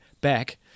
back